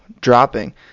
dropping